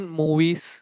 movies